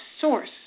source